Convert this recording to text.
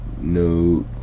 no